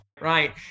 right